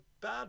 bad